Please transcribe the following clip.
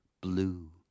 blue